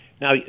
Now